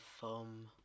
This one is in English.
thumb